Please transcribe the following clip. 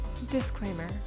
Disclaimer